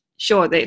Sure